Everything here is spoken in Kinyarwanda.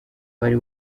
wari